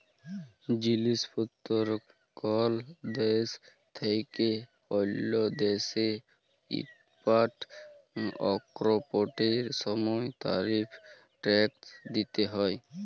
জিলিস পত্তর কল দ্যাশ থ্যাইকে অল্য দ্যাশে ইম্পর্ট এক্সপর্টের সময় তারিফ ট্যাক্স দ্যিতে হ্যয়